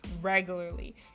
regularly